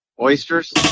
Oysters